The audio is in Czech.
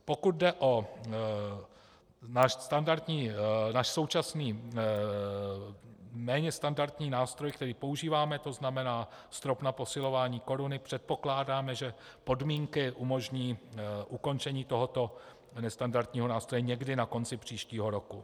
Pokud jde o náš současný méně standardní nástroj, který používáme, to znamená strop na posilování koruny, předpokládáme, že podmínky umožní ukončení tohoto nestandardního nástroje někdy na konci příštího roku.